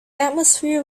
atmosphere